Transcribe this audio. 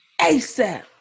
ASAP